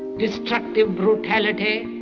destructive brutality,